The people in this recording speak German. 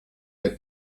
der